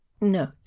Note